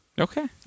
Okay